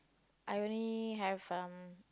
I only have um